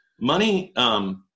money